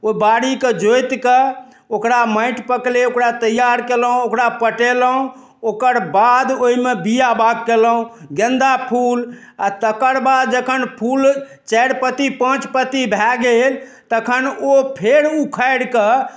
ओइ बारीके जोतिकऽ ओकरा माटि पकलै ओकरा तैयार कयलहुँ ओकरा पटेलहुँ ओकर बाद ओइमे बीया बाओग कयलहुँ गेन्दा फूल आओर तकर बाद जखन फूल चारि पत्ती पाँच पत्ती भए गेल तखन ओ फेर उखाड़ि कऽ